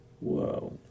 Whoa